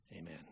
amen